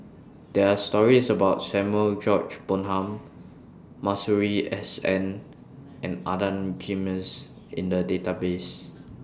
There Are stories about Samuel George Bonham Masuri S N and Adan Jimenez in The databases